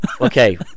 Okay